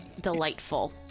delightful